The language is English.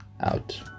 out